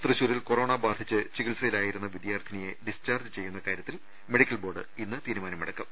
തൃശൂരിൽ കൊറോണ ബാധിച്ച് ചികിത്സയിലായിരുന്ന വിദ്യാർത്ഥിനിയെ ഡിസ്ചാർജ് ചെയ്യുന്ന കാര്യത്തിൽ മെഡി ക്കൽ ബോർഡ് ഇന്ന് തീരുമാനമെടുക്കും